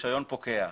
הרישיון פוקע.